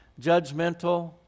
judgmental